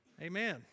Amen